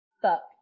fuck